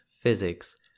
physics